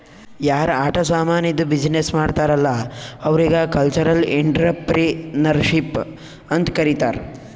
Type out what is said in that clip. ಯಾರ್ ಆಟ ಸಾಮಾನಿದ್ದು ಬಿಸಿನ್ನೆಸ್ ಮಾಡ್ತಾರ್ ಅಲ್ಲಾ ಅವ್ರಿಗ ಕಲ್ಚರಲ್ ಇಂಟ್ರಪ್ರಿನರ್ಶಿಪ್ ಅಂತ್ ಕರಿತಾರ್